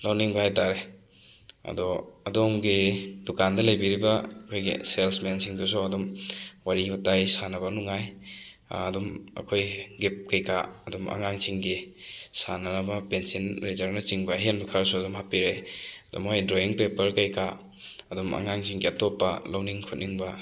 ꯂꯧꯅꯤꯡꯕ ꯍꯥꯏꯇꯥꯔꯦ ꯑꯗꯣ ꯑꯗꯣꯝꯒꯤ ꯗꯨꯀꯥꯟꯗ ꯂꯩꯕꯤꯔꯤꯕ ꯑꯩꯈꯣꯏꯒꯤ ꯁꯦꯜꯁꯃꯦꯟꯁꯤꯡꯗꯨꯁꯨ ꯑꯗꯨꯝ ꯋꯥꯔꯤ ꯋꯥꯇꯥꯏ ꯁꯥꯟꯅꯕ ꯅꯨꯡꯉꯥꯏ ꯑꯗꯨꯝ ꯑꯩꯈꯣꯏ ꯒꯤꯞ ꯀꯩꯀꯥ ꯑꯗꯨꯝ ꯑꯉꯥꯡꯁꯤꯡꯒꯤ ꯁꯥꯟꯅꯅꯕ ꯄꯦꯟꯁꯤꯟ ꯔꯦꯖꯔꯅꯆꯤꯡꯕ ꯑꯍꯦꯟꯕ ꯈꯔꯁꯨ ꯑꯗꯨꯝ ꯍꯥꯞꯄꯤꯔꯛꯏ ꯑꯗꯣ ꯃꯣꯏ ꯗ꯭ꯔꯣꯋꯤꯡ ꯄꯦꯄꯔ ꯀꯩꯀꯥ ꯑꯗꯨꯝ ꯑꯉꯥꯡꯁꯤꯡꯒꯤ ꯑꯇꯣꯞꯄ ꯂꯧꯅꯤꯡ ꯈꯣꯠꯅꯤꯡꯕ